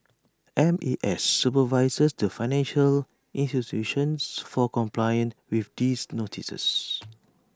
M E S supervises the financial institutions for compliance with these notices